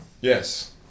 Yes